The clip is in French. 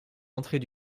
entrées